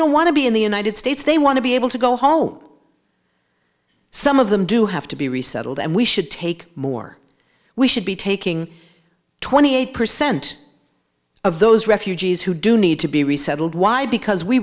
don't want to be in the united states they want to be able to go home some of them do have to be resettled and we should take more we should be taking twenty eight percent of those refugees who do need to be resettled why because we